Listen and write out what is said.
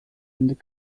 and